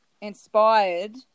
inspired